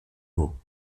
mot